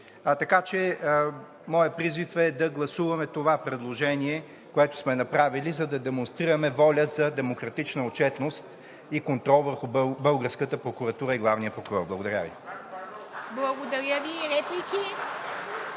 Моят призив е да гласуваме това предложение, което сме направили, за да демонстрираме воля за демократична отчетност и контрол върху българската прокуратура и главния прокурор. Благодаря Ви.